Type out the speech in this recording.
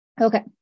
Okay